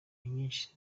nyinshi